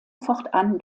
fortan